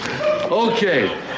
Okay